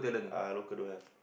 ah local don't have